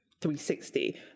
360